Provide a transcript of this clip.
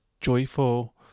joyful